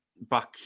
Back